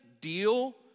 deal